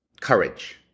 courage